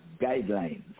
guidelines